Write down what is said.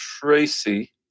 Tracy